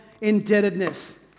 indebtedness